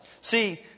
See